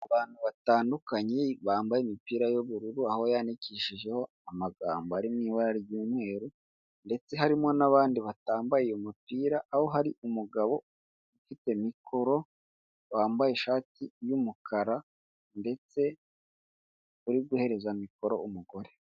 Abantu batandukanye bambaye imipira y'ubururu aho yanyandikishijeho amagambo ari mu ibara ry'umweru, ndetse harimo n'abandi batambaye umupira, aho hari umugabo ufite mikoro wambaye ishati y'umukara ndetse uri guhereza mikoro umugore.